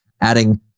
adding